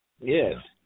Yes